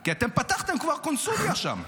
כי אתם פתחם כבר קונסוליה שם.